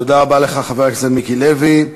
תודה רבה לך, חבר הכנסת מיקי לוי.